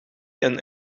een